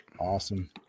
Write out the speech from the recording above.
awesome